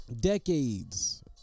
decades